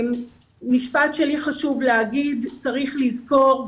המשפט השני שחשוב לומר הוא שצריך לזכור,